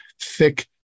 thick